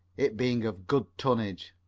it being of good tonnage.